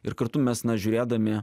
ir kartu mes na žiūrėdami